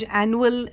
annual